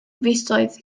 fisoedd